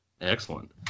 Excellent